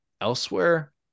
elsewhere